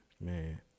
Man